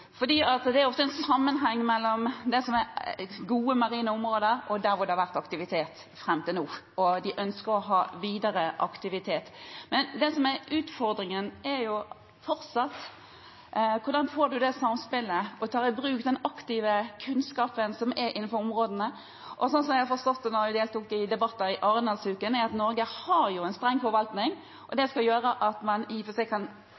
Det er ofte en sammenheng mellom det som er gode marine områder, og områder der det har vært aktivitet fram til nå og man ønsker å ha videre aktivitet. Det som er utfordringen, er fortsatt: Hvordan får man til det samspillet og tar i bruk den aktive kunnskapen som er innenfor områdene? Slik jeg forsto det da jeg deltok i debatter under Arendalsuka, har Norge en streng forvaltning. Det skal gjøre at man gir større aksept for bruk. Formålet med forvaltning